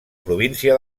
província